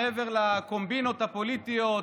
מעבר לקומבינות הפוליטיות,